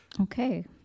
Okay